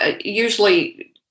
usually